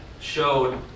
showed